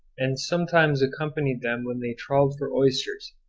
and sometimes accompanied them when they trawled for oysters,